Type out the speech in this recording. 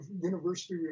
university